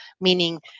meaning